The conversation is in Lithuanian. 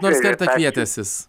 nors kartą kvietęsis